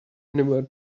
anywhere